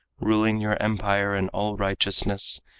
ruling your empire in all righteousness,